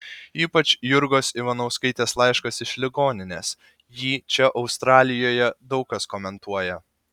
ypač jurgos ivanauskaitės laiškas iš ligoninės jį čia australijoje daug kas komentuoja